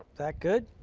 that good?